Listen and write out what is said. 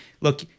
Look